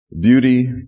Beauty